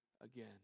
again